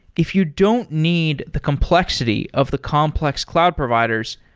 if you don't need the complexity of the complex cloud providers,